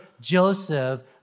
Joseph